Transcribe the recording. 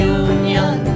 union